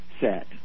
set